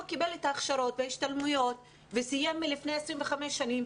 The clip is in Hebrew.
קיבל את ההכשרות וההשתלמויות וסיים לפני 25 שנים,